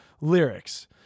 lyrics